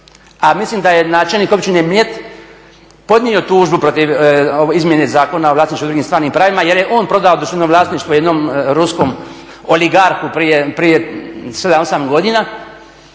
a mislim da je načelnik općine Mljet podnio tužbu protiv izmjene Zakona o vlasništvu i drugim stvarnim pravima jer je on prodao državno vlasništvo jednom ruskom oligarhu prije 7, 8 godina,